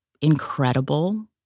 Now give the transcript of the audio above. incredible